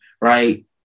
right